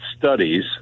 studies